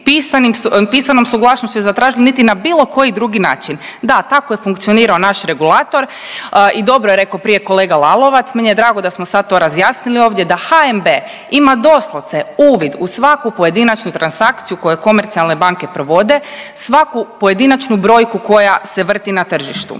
pisanom suglasnosti zatražili, niti na bilo koji drugi način. Da tako je funkcionirao naš regulator i dobro je rekao prije kolega Lalovac, meni je drago da smo sad to razjasnili ovdje da HNB ima doslovce uvid u svaku pojedinačnu transakciju koju komercijalne banke provode, svaku pojedinačnu broju koja se vrti na tržištu.